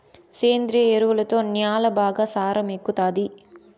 సేంద్రియ ఎరువుతో న్యాల బాగా సారం ఎక్కుతాది